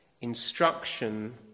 instruction